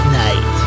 night